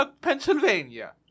Pennsylvania